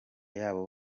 yabo